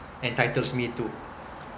entitles me to